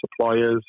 suppliers